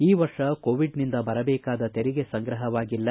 ಈ ವರ್ಷ ಕೋವಿಡ್ ನಿಂದ ಬರಬೇಕಾದ ತೆರಿಗೆ ಸಂಗ್ರಹವಾಗಿಲ್ಲ